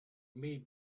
may